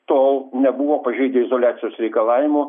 tol nebuvo pažeidę izoliacijos reikalavimų